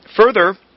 Further